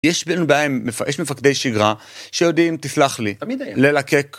יש בין בהם, יש מפקדי שגרה שיודעים, תסלח לי, תמיד היה ללקק.